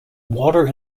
water